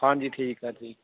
ਹਾਂਜੀ ਠੀਕ ਆ ਠੀਕ ਆ